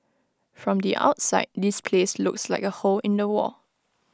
from the outside this place looks like A hole in the wall